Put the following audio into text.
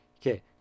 okay